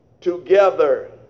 together